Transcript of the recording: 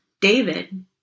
David